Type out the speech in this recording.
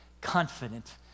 confident